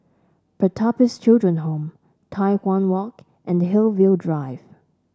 Pertapis Children Home Tai Hwan Walk and Hillview Drive